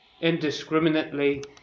indiscriminately